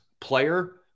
Player